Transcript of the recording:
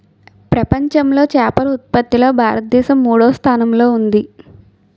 ప్రపంచంలో చేపల ఉత్పత్తిలో భారతదేశం మూడవ స్థానంలో ఉంది